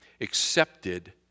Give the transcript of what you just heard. accepted